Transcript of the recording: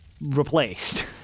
replaced